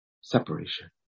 Separation